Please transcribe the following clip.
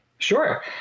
Sure